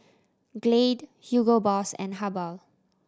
Glade Hugo Boss and Habhal